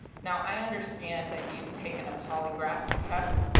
now, i understand that you've taken a polygraph test.